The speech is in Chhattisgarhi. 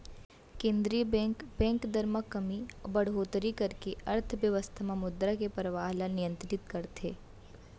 केंद्रीय बेंक, बेंक दर म कमी अउ बड़होत्तरी करके अर्थबेवस्था म मुद्रा के परवाह ल नियंतरित करथे